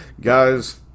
guys